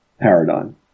paradigm